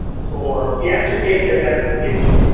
for cancer case identification,